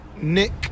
Nick